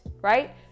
right